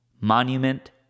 monument